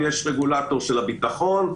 יש רגולטור של הביטחון,